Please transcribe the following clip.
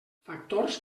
factors